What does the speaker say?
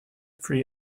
free